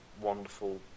wonderful